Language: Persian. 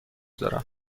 دارم